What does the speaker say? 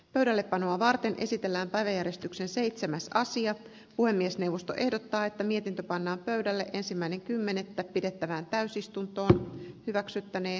pöydällepanoa varten esitellään päiväjärjestyksen seitsemäs sija puhemiesneuvosto ehdottaa että mietintö pannaan pöydälle ensimmäinen kymmenettä pidettävään täysistuntoa hyväksyttänee